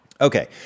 Okay